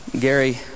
Gary